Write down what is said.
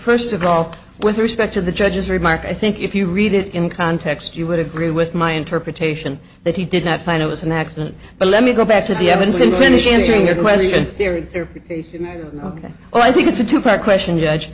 first of all with respect to the judge's remark i think if you read it in context you would agree with my interpretation that he did not find it was an accident but let me go back to the evidence and finish answering your question here ok well i think it's a two part question judge